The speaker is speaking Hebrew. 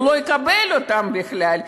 הוא לא יקבל אותן בכלל.